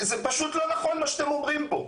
זה פשוט לא נכון מה שאתם אומרים פה.